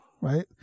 right